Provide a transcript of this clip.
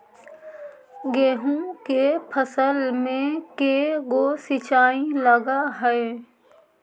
गेहूं के फसल मे के गो सिंचाई लग हय?